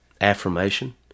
affirmation